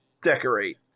Decorate